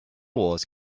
wars